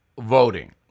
voting